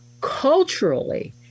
Culturally